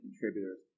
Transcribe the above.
contributors